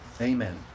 amen